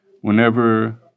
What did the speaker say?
Whenever